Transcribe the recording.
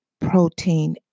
protein